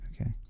Okay